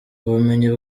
ubumenyi